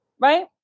Right